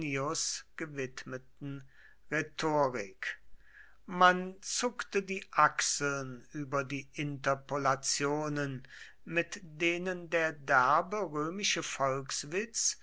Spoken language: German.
gewidmeten rhetorik man zuckte die achseln über die interpolationen mit denen der derbe römische